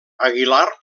aguilar